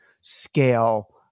scale